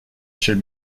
should